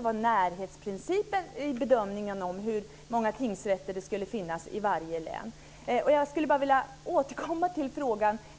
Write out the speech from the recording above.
var närhetsprincipen som var viktigast i bedömningen av hur många tingsrätter det skulle finnas i varje län. Jag skulle vilja återkomma till min fråga.